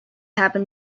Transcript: happen